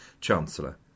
chancellor